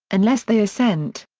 unless they assent.